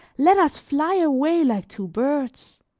let us fly away like two birds.